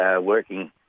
working